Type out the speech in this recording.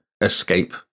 escape